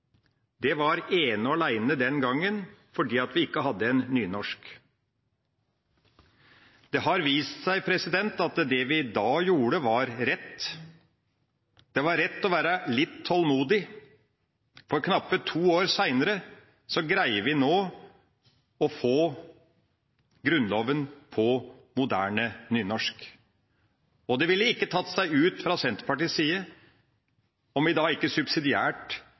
Det var ene og alene den gangen fordi vi ikke hadde en nynorskversjon. Det har vist seg at det vi da gjorde, var rett. Det var rett å være litt tålmodig, for knappe to år senere greier vi nå å få Grunnloven på moderne nynorsk. Det ville ikke tatt seg ut fra Senterpartiets side om vi da ikke subsidiært